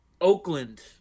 Oakland